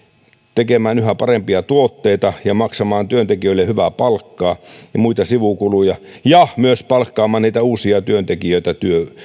tekemään yhä parempia tuotteita ja maksamaan työntekijöille hyvää palkkaa ja muita sivukuluja ja myös palkkaamaan niitä uusia työntekijöitä